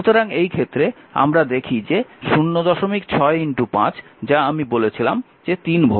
সুতরাং এই ক্ষেত্রে আমরা দেখি যে 06 5 যা আমি বলেছিলাম যে 3 ভোল্ট